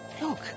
Look